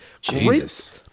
Jesus